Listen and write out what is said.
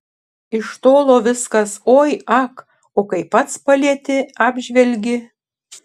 iš tolo viskas oi ak o kai pats palieti apžvelgi